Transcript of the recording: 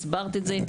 הסברת את זה,